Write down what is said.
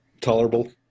tolerable